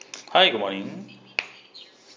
hi good morning